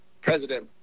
President